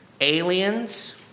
aliens